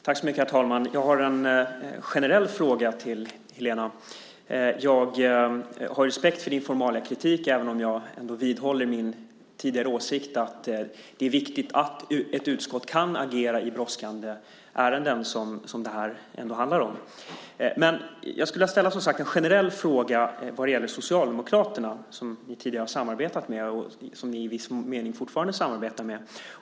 Herr talman! Jag har en generell fråga till Helena. Jag har respekt för din formaliakritik, även om jag ändå vidhåller min tidigare åsikt att det är viktigt att ett utskott kan agera i brådskande ärenden, som det här ändå handlar om. Jag skulle som sagt vilja ställa en generell fråga som gäller Socialdemokraterna, som ni tidigare har samarbetat med och som ni i viss mening fortfarande samarbetar med.